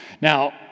Now